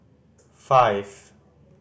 five